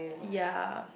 ya